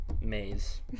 Maze